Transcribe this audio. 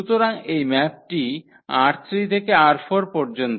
সুতরাং এই ম্যাপটি ℝ3 থেকে ℝ4 পর্যন্ত